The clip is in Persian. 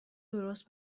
درست